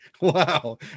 wow